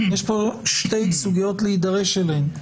יש פה שתי סוגיות להידרש אליהן,